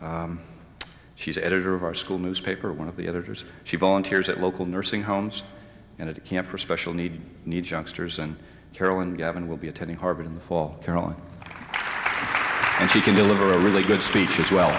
she's editor of our school newspaper one of the editors she volunteers at local nursing homes and it can't for special needs needs youngsters and carolyn gavin will be attending harvard in the fall carol and she can deliver a really good speech as well